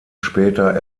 später